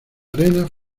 arenas